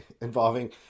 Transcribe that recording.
involving